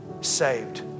saved